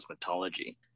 Cosmetology